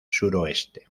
suroeste